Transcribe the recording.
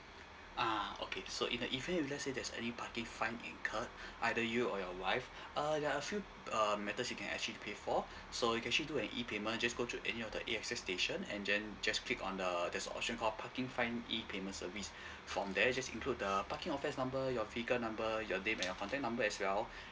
ah okay so in the event you let's say there's any parking fine incurred either you or your wife uh there are few um methods you can actually pay for so you can actually do an e payment just go to any of the A_X_S station and then just click on the there's option called parking fine e payment service from there you just include the parking offense number your vehicle number your name and your contact number as well